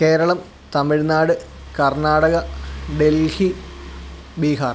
Keralam Tamil Nadu Karnataka Delhi Bihar